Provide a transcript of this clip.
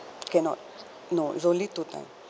cannot no it's only two time